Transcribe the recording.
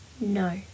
no